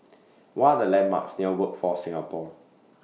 What Are The landmarks near Workforce Singapore